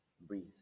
breathe